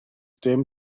dim